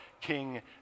king